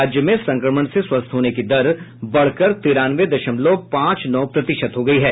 राज्य में संक्रमण से स्वस्थ होने की दर बढ़कर तिरानवे दशमल पांच नौ प्रतिशत हो गई है